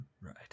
Right